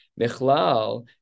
Michlal